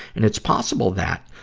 and it's possible that,